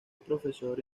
profesor